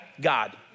God